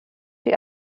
die